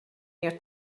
your